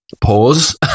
pause